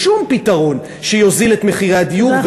שום פתרון שיוזיל את הדיור,